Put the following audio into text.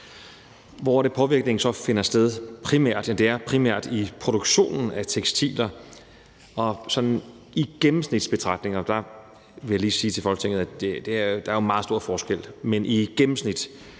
sted primært? Det er primært i produktionen af tekstiler, og i gennemsnit, og jeg vil lige sige til Folketinget, at der er stor forskel, men i gennemsnit